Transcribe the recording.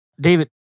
David